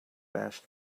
fast